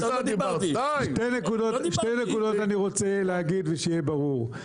שתי נקודות אני רוצה להגיד ושיהיה ברור.